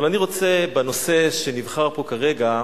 אבל אני רוצה, בנושא שנבחר פה כרגע,